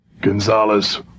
Gonzalez